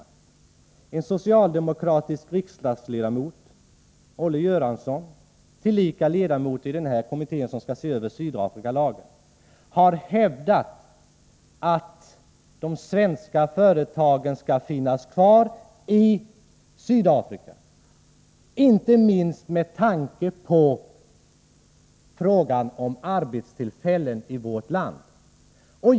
Olle Göransson, socialdemokratisk riksdagsledamot och tillika ledamot av den kommitté som skall se över Sydafrikalagen, har hävdat att de svenska företagen i Sydafrika bör få finnas kvar, inte minst med tanke på arbetstillfällena i vårt land.